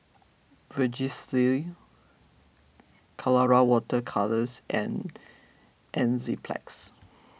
Vagisil Colora Water Colours and Enzyplex